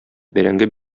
бәрәңге